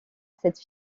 cette